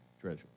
treasure